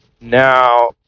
Now